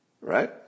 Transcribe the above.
right